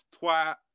twat